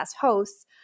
hosts